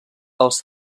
els